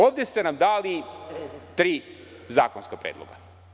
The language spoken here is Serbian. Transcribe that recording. Ovde ste nam dali tri zakonska predloga.